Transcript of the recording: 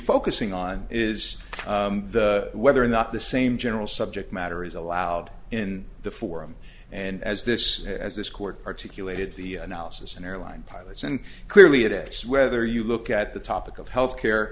focusing on is whether or not the same general subject matter is allowed in the forum and as this as this court articulated the analysis in airline pilots and clearly it is whether you look at the topic of health